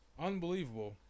Unbelievable